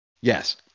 Yes